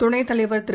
துணைத் தலைவர் திரு